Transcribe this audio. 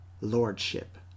lordship